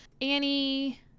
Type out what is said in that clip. Annie